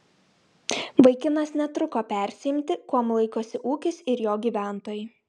vaikinas netruko persiimti kuom laikosi ūkis ir jo gyventojai